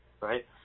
right